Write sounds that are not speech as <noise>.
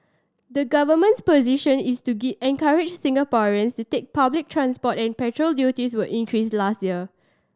the government's position is to <unintelligible> encourage Singaporeans to take public transport and petrol duties were increased last year